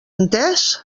entès